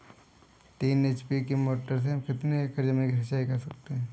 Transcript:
तीन एच.पी की मोटर से हम कितनी एकड़ ज़मीन की सिंचाई कर सकते हैं?